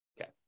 Okay